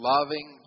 Loving